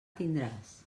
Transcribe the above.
tindràs